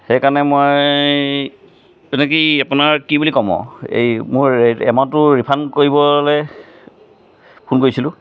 সেইকাৰণে মই তেনেকেই আপোনাৰ কি বুলি কম আৰু এই মোৰ এই এমাউণ্টটো ৰিফাণ্ড কৰিবলৈ ফোন কৰিছিলো